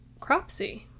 Cropsy